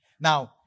Now